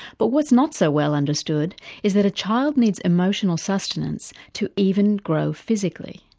but what's not so well understood is that a child needs emotional sustenance to even grow physically.